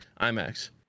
IMAX